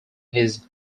his